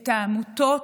את העמותות